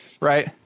right